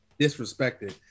disrespected